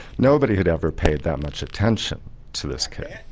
nobody had ever paid that much attention to this kid.